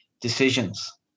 decisions